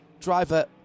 Driver